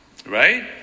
Right